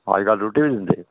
अजकल रुट्टी बी दिंदे